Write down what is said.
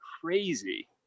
crazy